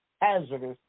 hazardous